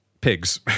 pigs